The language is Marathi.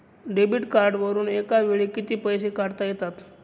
डेबिट कार्डवरुन एका वेळी किती पैसे काढता येतात?